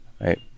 right